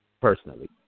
personally